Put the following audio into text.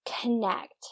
connect